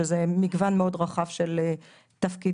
שזה מגוון מאוד רחב של תפקידים.